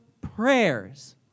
prayers